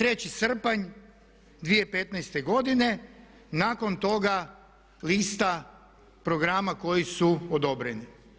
3.srpanj 2015.godine nakon toga lista programa koji su odobreni.